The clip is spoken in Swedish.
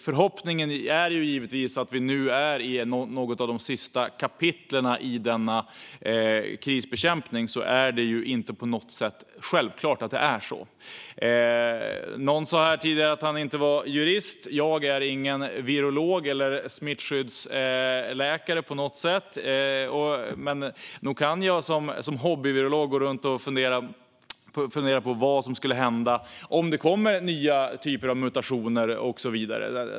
Förhoppningen är givetvis att vi nu är i något av de sista kapitlen i denna krisbekämpning, men det är inte på något sätt självklart att det är så. Någon sa här tidigare att han inte var jurist. Jag är ingen virolog eller smittskyddsläkare. Men nog kan jag som hobbyvirolog gå runt och fundera på vad som skulle hända om det skulle komma nya typer av mutationer och så vidare.